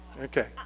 okay